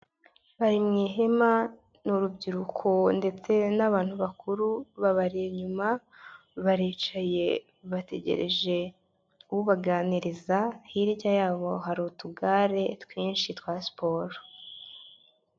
Bari mu ihema n'urubyiruko ndetse n'abantu bakuru babari inyuma, baricaye bategereje ubaganiriza hirya yabo hari utugare twinshi twa siporo.